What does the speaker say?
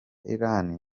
irani